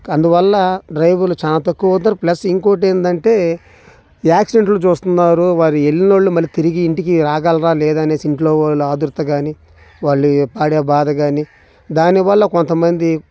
అందువల్ల డ్రైవర్లు చాలా తక్కువౌతున్నారు ప్లస్ ఇంకొకటి ఏంటంటే యాక్సిడెంట్లు చూస్తున్నారు వారి వెళ్ళిన వాళ్ళు మళ్ళీ తిరిగి ఇంటికి రాగలరా లేదా అనేసి ఇంట్లో వాళ్ళు ఆతురతగాని వాళ్ళు పడే బాధ కాని దాని వల్ల కొంతమంది